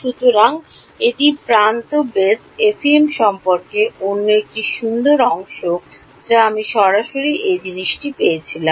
সুতরাং এটি প্রান্ত বেস FEM সম্পর্কে অন্য একটি সুন্দর অংশ যা আমি সরাসরি এই জিনিসটি পেয়েছিলাম